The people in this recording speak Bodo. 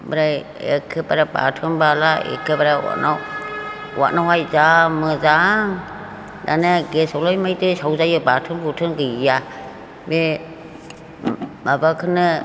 ओमफ्राय एखेबारे बाथोन बाला एखेबारे अथनाव अथनावहाय जा मोजां दाने गेसावलाय मायथो सावजायो बाथोन बुथोन गैया बे माबाखौनो